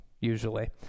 usually